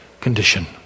condition